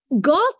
God